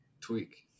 tweak